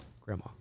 Grandma